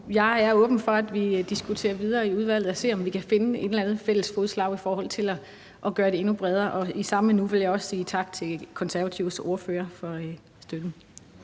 jeg er åben for, at vi diskuterer videre i udvalget og ser, om vi kan finde et eller andet fælles fodslag i forhold til at gøre det endnu bredere. I samme nu vil jeg også sige tak til Det Konservative Folkepartis ordfører for støtten.